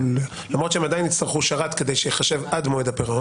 למרות שהם עדיין יצטרכו שרת כדי שייחשב עד מועד הפירעון.